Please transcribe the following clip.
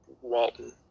Walton